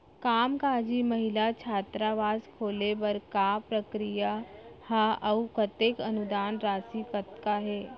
कामकाजी महिला छात्रावास खोले बर का प्रक्रिया ह अऊ कतेक अनुदान राशि कतका हे?